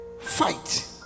fight